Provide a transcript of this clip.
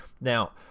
Now